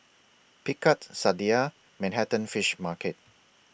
Picard Sadia and Manhattan Fish Market